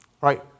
Right